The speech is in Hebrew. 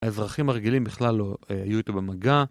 האזרחים הרגילים בכלל לא היו איתו במגע